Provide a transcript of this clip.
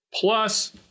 Plus